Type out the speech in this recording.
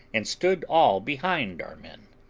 and stood all behind our men.